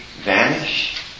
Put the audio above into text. vanish